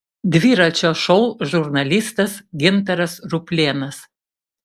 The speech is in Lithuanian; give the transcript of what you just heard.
dviračio šou žurnalistas gintaras ruplėnas